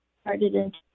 started